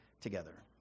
together